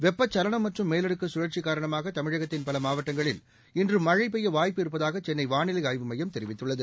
வெப்பச்சலனம் மற்றும் மேலடுக்கு சுழற்சி காரணமாக தமிழகத்தின் பல மாவட்டங்களில் இன்று மழை பெய்ய வாய்பு இருப்பதாக சென்னை வானிலை ஆய்வுமையம் தெரிவித்துள்ளது